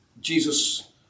Jesus